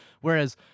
whereas